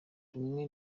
rumwe